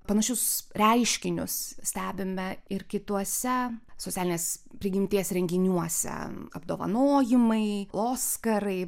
panašius reiškinius stebime ir kituose socialinės prigimties renginiuose apdovanojimai oskarai